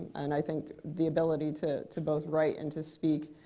and i think the ability to to both write and to speak,